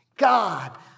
God